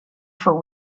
for